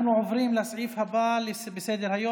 אנחנו עוברים לסעיף הבא בסדר-היום,